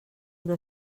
una